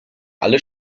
alle